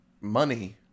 money